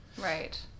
right